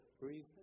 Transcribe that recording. breathe